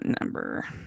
number